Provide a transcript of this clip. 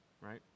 right